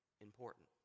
important